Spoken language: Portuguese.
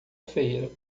feira